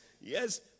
yes